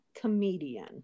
comedian